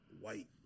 white